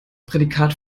prädikat